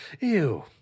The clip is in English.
Ew